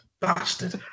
Bastard